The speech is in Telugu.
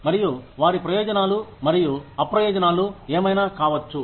మరియు వారి ప్రయోజనాలు మరియు అప్రయోజనాలు ఏమైనా కావచ్చు